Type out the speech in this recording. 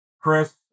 Chris